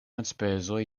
enspezoj